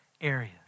areas